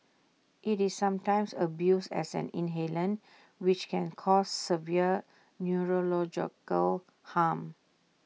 IT is sometimes abused as an inhalant which can cause severe neurological harm